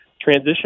transition